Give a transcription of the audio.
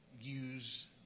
use